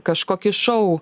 kažkokį šou